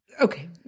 Okay